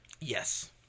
Yes